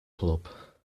club